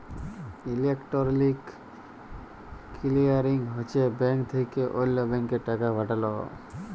electronic clearing হছে bank থ্যাকে অল্য ব্যাংকে টাকা পাঠাল